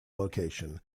location